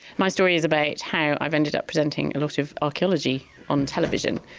my story is about how i've ended up presenting a lot of archaeology on television,